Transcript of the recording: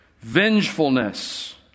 vengefulness